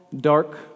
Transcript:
dark